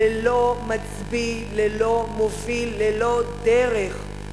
ללא מצביא, ללא מוביל, ללא דרך.